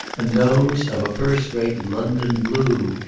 and those of a first-rate london blue,